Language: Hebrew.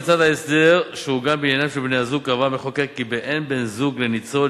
בצד ההסדר שעוגן בעניינם של בני-זוג קבע המחוקק כי באין בן-זוג לניצול,